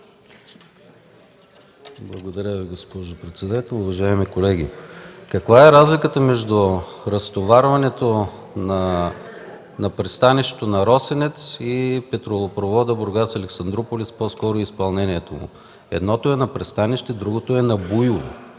Благодаря Ви, госпожо председател. Уважаеми колеги, каква е разликата между разтоварването на пристанището на Росенец и петролопровода „Бургас Александруполис”, по-скоро изпълнението му? Едното е на пристанище, другото е на буйове.